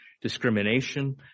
discrimination